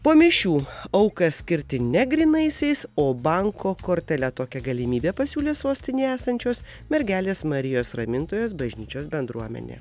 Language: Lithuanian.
po mišių auką skirti ne grynaisiais o banko kortele tokią galimybę pasiūlė sostinėje esančios mergelės marijos ramintojos bažnyčios bendruomenė